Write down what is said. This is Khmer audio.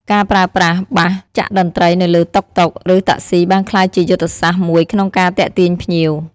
ការប្រើប្រាស់បាសចាក់តន្ត្រីនៅលើតុកតុក ឬតាក់ស៊ីបានក្លាយជាយុទ្ធសាស្ត្រមួយក្នុងការទាក់ទាញភ្ញៀវ។